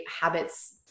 habits